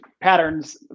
patterns